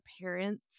parents